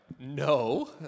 no